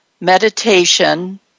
meditation